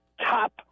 top